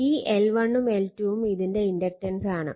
ഈ L1 ഉം L2 ഉം ഇതിന്റെ ഇൻഡക്റ്റൻസാണ്